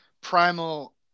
primal